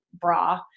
bra